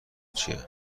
چیه